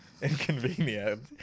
Inconvenient